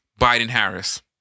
Biden-Harris